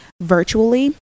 virtually